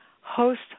host